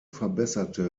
verbesserte